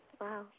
wow